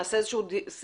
נעשה איזה שהוא שיח,